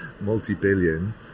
multi-billion